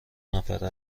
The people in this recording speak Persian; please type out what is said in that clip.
نفره